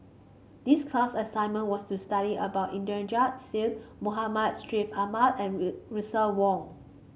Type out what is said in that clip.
this class assignment was to study about Inderjit Singh Muhammad Street Ahmad and ray Russel Wong